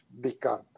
become